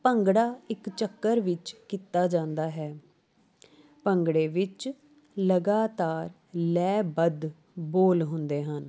ਭੰਗੜਾ ਇੱਕ ਚੱਕਰ ਵਿੱਚ ਕੀਤਾ ਜਾਂਦਾ ਹੈ ਭੰਗੜੇ ਵਿੱਚ ਲਗਾਤਾਰ ਲੈਅ ਬੱਧ ਬੋਲ ਹੁੰਦੇ ਹਨ